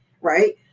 Right